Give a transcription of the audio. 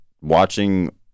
watching